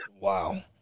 Wow